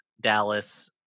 Dallas